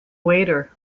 waiter